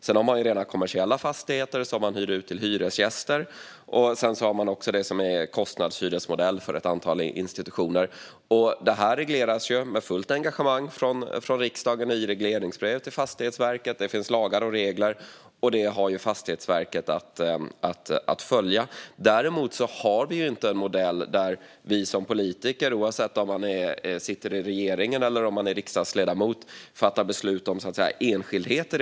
Sedan finns kommersiella fastigheter som hyrs ut till hyresgäster, och sedan finns kostnadshyresmodellen för ett antal institutioner. Detta regleras, med fullt engagemang från riksdagen, i regleringsbrev till Fastighetsverket. Det finns lagar och regler, och dem har Fastighetsverket att följa. Däremot har vi inte en modell där vi som politiker, oavsett om man sitter i regeringen eller är riksdagsledamot, fattar beslut om enskildheter.